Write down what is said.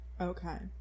okay